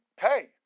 pay